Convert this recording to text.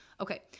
Okay